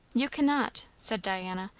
you cannot, said diana.